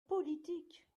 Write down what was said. politique